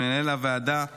למנהל הוועדה אייל.